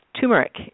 turmeric